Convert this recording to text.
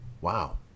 Wow